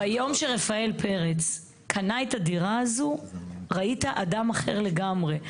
ביום שרפאל פרץ קנה את הדירה הזו ראית אדם אחר לגמרי,